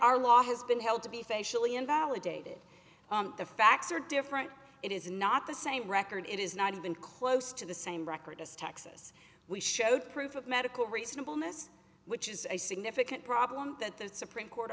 our law has been held to be facially invalidated the facts are different it is not the same record it is not even close to the same record as texas we show proof of medical reasonable mous which is a significant problem that the supreme court